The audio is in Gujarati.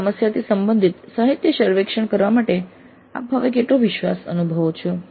આપેલ સમસ્યાથી સંબંધિત સાહિત્ય સર્વેક્ષણ કરવા માટે આપ હવે કેટલો વિશ્વાસ અનુભવો છો